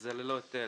זה ללא היטל.